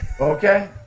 Okay